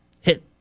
hit